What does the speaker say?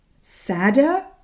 sadder